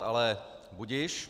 Ale budiž.